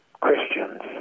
Christians